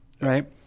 right